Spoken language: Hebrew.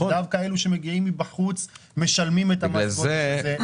דווקא אלה שמגיעים מבחוץ משלמים את מס הגודש הזה.